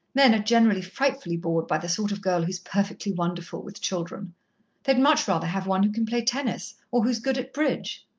men are generally frightfully bored by the sort of girl who's perfectly wonderful with children they'd much rather have one who can play tennis, or who's good at bridge.